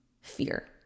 fear